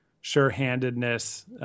sure-handedness